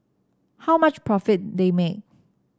how much profit they make